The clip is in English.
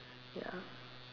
ya